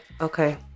okay